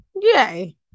yay